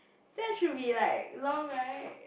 that should be like long right